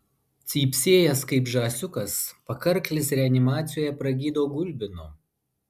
cypsėjęs kaip žąsiukas pakarklis reanimacijoje pragydo gulbinu